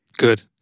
Good